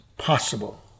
possible